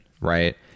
right